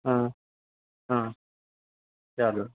હં હં ચાલુ